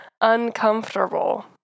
uncomfortable